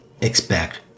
expect